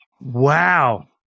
wow